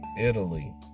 Italy